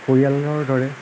পৰিয়ালৰ দৰে